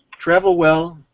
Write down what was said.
travel well.